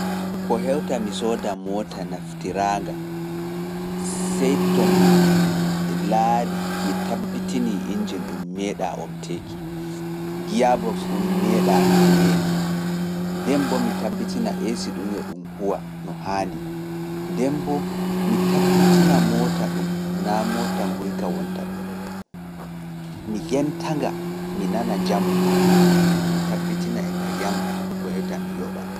Ko hewta mi sooda moota naftiraanga, sey to mi laarii, mi tabbitinii injin ɗum meeɗaa omteeki, giyaboks boks ɗum meeɗaa meemeeki, nden boo mi tabbitina eesi ɗum e ɗum huwa no haandi, nden boo mi tabbitina moota ɗum naa moota nguyka wonta ɗon ɗum. Mi ƴenta nga, mi nana njamu maa nga, mi tabitina e nga yamɗi, ko hewta mi yoɓa.